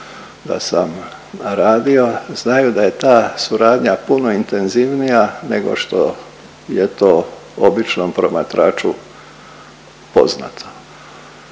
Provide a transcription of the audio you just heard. da sam naradio znaju da je ta suradnja puno intenzivnija nego što je to običnom promatraču poznato.